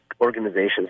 organizations